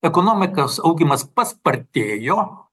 ekonomikos augimas paspartėjo